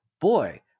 boy